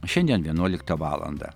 šiandien vienuoliktą valandą